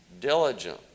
diligent